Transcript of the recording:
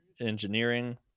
engineering